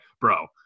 Bro